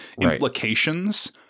implications